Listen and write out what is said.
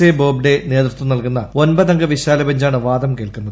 A Bobde നേതൃത്വം നൽകുന്ന ഒൻപത് അംഗ വിശാല ബെഞ്ചാണ് വാദം കേൾക്കുന്നത്